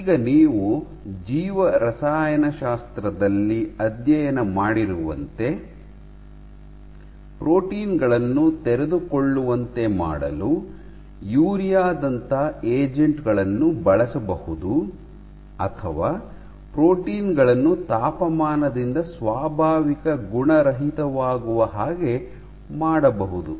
ಈಗ ನೀವು ಜೀವರಾಸಾಯನಶಾಸ್ತ್ರದಲ್ಲಿ ಅಧ್ಯಯನ ಮಾಡಿರುವಂತೆ ಪ್ರೋಟೀನ್ ಗಳನ್ನು ತೆರೆದುಕೊಳ್ಳುವಂತೆ ಮಾಡಲು ಯೂರಿಯಾ ದಂತಹ ಏಜೆಂಟ್ ಗಳನ್ನು ಬಳಸಬಹುದು ಅಥವಾ ಪ್ರೋಟೀನ್ ಗಳನ್ನು ತಾಪಮಾನದಿಂದ ಸ್ವಾಭಾವಿಕ ಗುಣರಹಿತವಾಗುವ ಹಾಗೆ ಮಾಡಬಹುದು